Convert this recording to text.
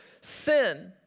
sin